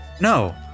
No